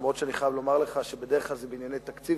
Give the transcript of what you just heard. למרות שאני חייב לומר לך שבדרך כלל זה בענייני תקציב,